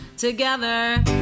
Together